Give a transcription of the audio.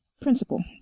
principal